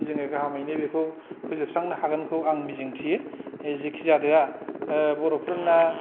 जोङो गाहामैनो बिखौ फोजोबस्रांनो हागोन खौ आं मिजिंथियो जेखि जाया बर'फोरना